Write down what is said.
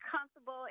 comfortable